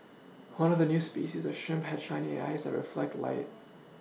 one of new species of shrimp had shiny eyes that reflect light